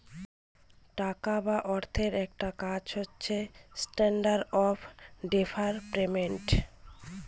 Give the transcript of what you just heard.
টাকা বা অর্থের একটা কাজ হচ্ছে স্ট্যান্ডার্ড অফ ডেফার্ড পেমেন্ট